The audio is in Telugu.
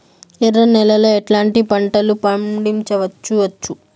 ఎర్ర నేలలో ఎట్లాంటి పంట లు పండించవచ్చు వచ్చు?